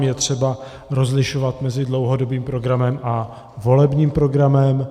Je třeba rozlišovat mezi dlouhodobým programem a volebním programem.